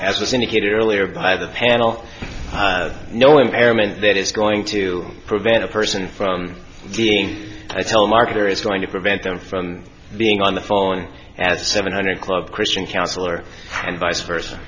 indicated earlier by the panel no impairment that is going to prevent a person from being i tell marketer is going to prevent them from being on the phone as a seven hundred club christian counselor and vice versa